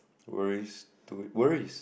worries to worries